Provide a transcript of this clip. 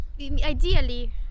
ideally